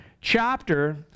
chapter